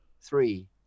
Three